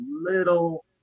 little